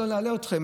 לא נלאה אתכם.